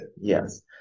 Yes